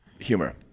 humor